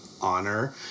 honor